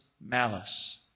malice